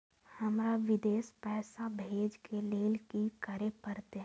हमरा विदेश पैसा भेज के लेल की करे परते?